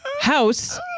house